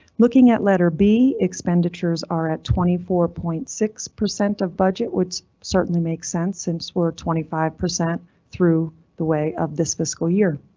looking at letter b, expenditures are at twenty four point six of budget, which certainly makes sense since we're twenty five percent through the way of this fiscal year.